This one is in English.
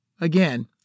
again